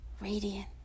radiant